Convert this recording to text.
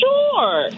Sure